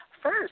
First